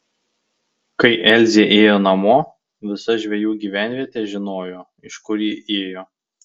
kai elzė ėjo namo visa žvejų gyvenvietė žinojo iš kur ji ėjo